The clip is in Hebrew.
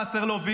וסרלאוף,